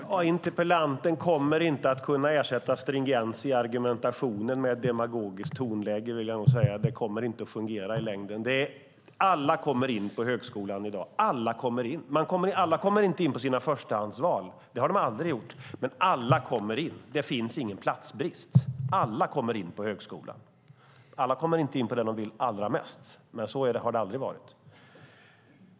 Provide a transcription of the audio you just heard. Fru talman! Interpellanten kommer inte att kunna ersätta stringens i argumentationen med ett demagogiskt tonläge. Det kommer inte att fungera i längden. Alla kommer in på högskolan i dag. Alla kommer inte in på sina förstahandsval. Det har de aldrig gjort. Men alla kommer in. Det finns ingen platsbrist. Alla kommer in på högskolan, men alla kommer inte in på det som de vill allra mest. Men så har det aldrig varit.